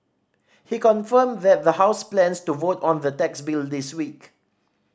he confirmed that the House plans to vote on the tax bill this week